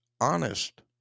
honest